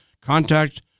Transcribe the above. contact